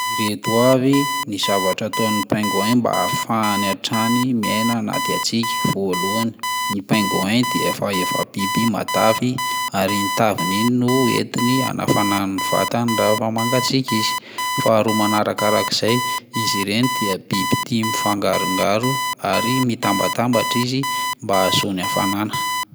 Ireto avy ny zavatra ataon'ny pingouin mba hahafahany hatrany miaina anaty hatsiaka: voalohany, ny pingouin dia efa- efa biby matavy ary iny taviny iny no entiny hanafanany ny vatany raha vao mangatsiaka izy; faharoa manarakarak'izay, izy ireny dia biby tia mifangarongaro ary mitambatambatra izy mba hahazoany hafanana.